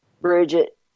Bridget